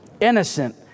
innocent